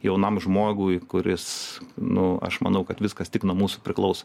jaunam žmogui kuris nu aš manau kad viskas tik nuo mūsų priklauso